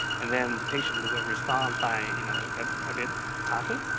and then, the patient will respond by you know a bit talking.